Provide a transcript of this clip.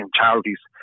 charities